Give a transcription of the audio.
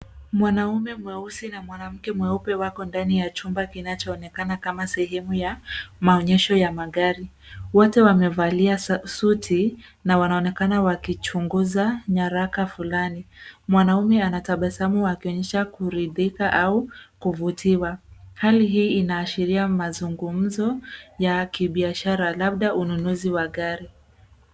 Mwanaume mweusi na mwanamke mweupe wako ndani ya chumba kinachoonekana kama sehemu ya maoyesho ya magari. wote wamevalia suti na wanaonekana wakichunguza nyaraka fulani. mwanaume anatabasamu akionyesha kuridhika au kuvutiwa. hali hii inaashiria mazungumzo ya kibiashara labda ununuzi wa gari.